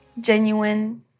genuine